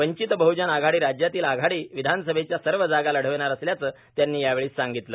वंचित बहजन आघाडी राज्यातील आगामी विधानसभेच्या सर्व जागा लढवणार असल्याचं त्यांनी यावेळी सांगितलं